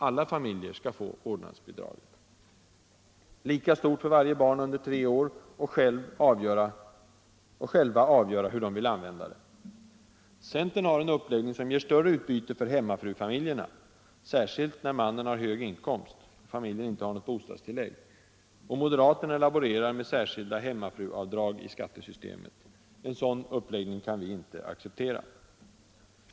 Alla familjer skall få vårdnadsbidraget, lika stort för varje barn under tre år, och själva avgöra hur de vill använda det. Centern har en uppläggning som ger större utbyte för hemmafrufamiljerna — särskilt där mannen har hög inkomst och familjen alltså inte har något bostadstillägg - och moderaterna laborerar med särskilda hemmafruavdrag i skattesystemet. En sådan uppläggning kan inte vi acceptera.